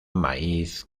maíz